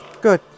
Good